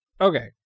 Okay